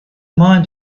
mind